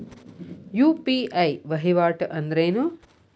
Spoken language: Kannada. ಯು.ಪಿ.ಐ ವಹಿವಾಟ್ ಅಂದ್ರೇನು?